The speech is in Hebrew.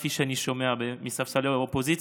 כפי שאני שומע מספסלי האופוזיציה,